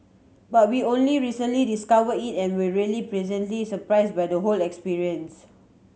but we only recently discovered it and were really pleasantly surprised by the whole experience